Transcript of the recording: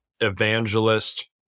evangelist